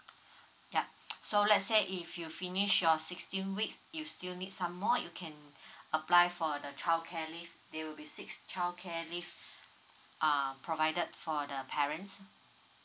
ya so let's say if you finish your sixteen weeks you still need some more you can apply for the childcare leave there will be six childcare leave uh provided for the parents